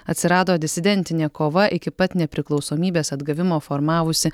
atsirado disidentinė kova iki pat nepriklausomybės atgavimo formavusi